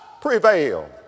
prevail